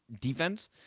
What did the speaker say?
defense